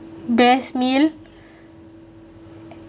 best meal